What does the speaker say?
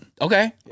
Okay